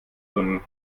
von